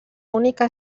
única